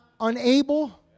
unable